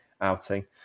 outing